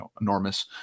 enormous